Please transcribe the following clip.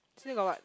still got what